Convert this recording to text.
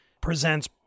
presents